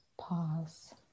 pause